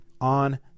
on